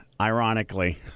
Ironically